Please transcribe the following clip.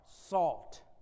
salt